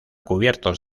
cubiertos